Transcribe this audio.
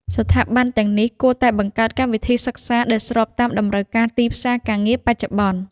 ស្ថាប័នទាំងនេះគួរតែបង្កើតកម្មវិធីសិក្សាដែលស្របតាមតម្រូវការទីផ្សារការងារបច្ចុប្បន្ន។